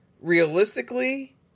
realistically